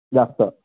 जास्त